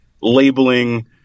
labeling